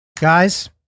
guys